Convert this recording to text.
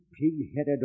pig-headed